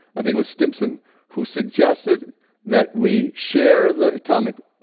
i think it was stimson who suggested that we share the atomic?